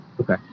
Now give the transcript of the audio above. Okay